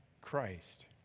Christ